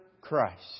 Christ